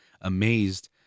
amazed